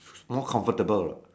more comfortable lah